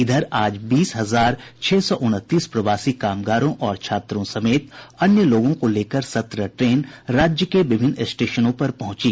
इधर आज बीस हजार छह सौ उनतीस प्रवासी कामगारों और छात्रों समेत अन्य लोगों को लेकर सत्रह ट्रेन राज्य के विभिन्न स्टेशनों पर पहुंची